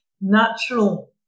natural